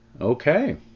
okay